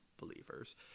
believers